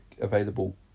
available